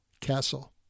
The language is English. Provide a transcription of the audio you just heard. Castle